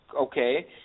okay